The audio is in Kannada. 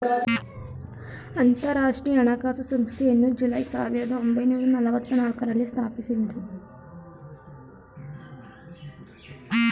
ಅಂತರಾಷ್ಟ್ರೀಯ ಹಣಕಾಸು ಸಂಸ್ಥೆಯನ್ನು ಜುಲೈ ಸಾವಿರದ ಒಂಬೈನೂರ ನಲ್ಲವತ್ತನಾಲ್ಕು ರಲ್ಲಿ ಸ್ಥಾಪಿಸಿದ್ದ್ರು